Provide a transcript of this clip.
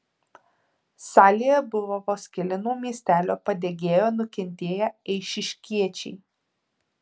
salėje buvo vos keli nuo miestelio padegėjo nukentėję eišiškiečiai